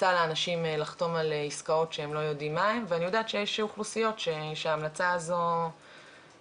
גם כשהוא פונה למשרד התקשורת,